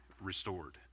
restored